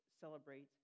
celebrate